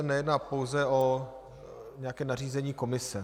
Nejedná se pouze o nějaké nařízení Komise.